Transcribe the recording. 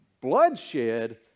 bloodshed